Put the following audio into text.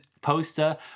poster